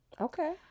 Okay